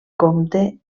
comte